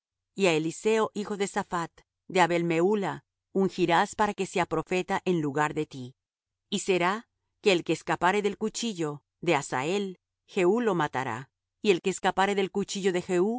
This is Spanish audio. á eliseo hijo de saphat de abel mehula ungirás para que sea profeta en lugar de ti y será que el que escapare del cuchillo de hazael jehú lo matará y el que escapare del cuchillo de